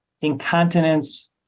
incontinence